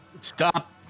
Stop